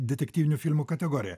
detektyvinių filmų kategoriją